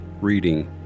reading